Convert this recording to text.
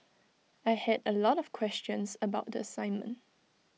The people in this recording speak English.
I had A lot of questions about the assignment